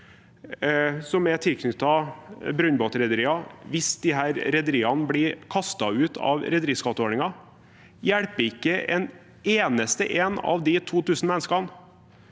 som er tilknyttet brønnbåtrederier, hvis disse rederiene blir kastet ut av rederiskatteordningen. Det hjelper ikke én eneste av de 2 000 menneskene.